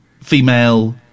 female